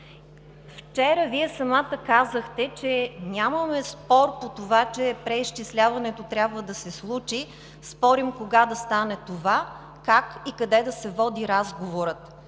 Вчера, Вие самата казахте, че нямаме спор по това, че преизчисляването трябва да се случи, а спорим кога да стане това, къде и как да се води разговорът.